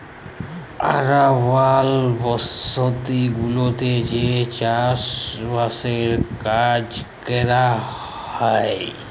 আরবাল বসতি গুলাতে যে চাস বাসের কাজ ক্যরা হ্যয়